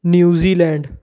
New Zealand